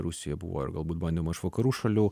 rusijoj buvo ir galbūt bandymo iš vakarų šalių